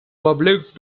public